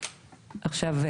ועכשיו,